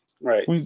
Right